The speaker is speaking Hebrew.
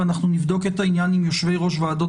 אנחנו נבדוק את העניין עם יושבי-ראש ועדות